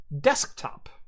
desktop